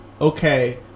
okay